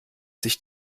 sich